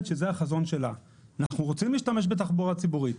שזה החזון שלה: אנחנו רוצים להשתמש בתחבורה ציבורית,